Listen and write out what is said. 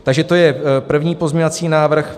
Takže to je první pozměňovací návrh.